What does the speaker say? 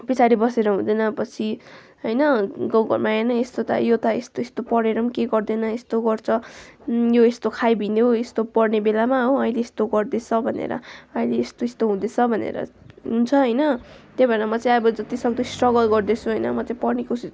पछाडि बसेर हुँदैन पछि होइन गाउँ घरमा हेर न यस्तो त यो त यस्तो यस्तो पढेर पनि केही गर्दैन यस्तो गर्छ यो यस्तो हो यस्तो पढ्ने बेलामा हो अहिले यस्तो गर्दैछ भनेर अहिले यस्तो यस्तो हुँदैछ भनेर हुन्छ होइन त्यही भएर म चाहिँ अब जति सक्दो स्ट्रगल गर्दैछु होइन म चाहिँ पढ्ने कोसिस